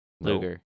Luger